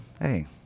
hey